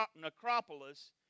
necropolis